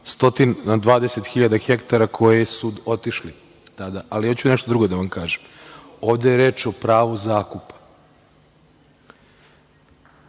20.000 hektara koji su otišli tada, ali hoću nešto drugo da vam kažem. Ovde je reč o pravu zakupa. Kada